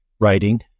writing